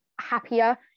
happier